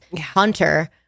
Hunter